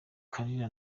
kalira